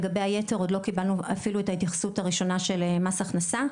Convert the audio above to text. לגבי היתר עוד לא קיבלנו אפילו את ההתייחסות הראשונה של מס הכנסה,